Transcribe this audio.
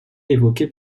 évoqué